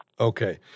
Okay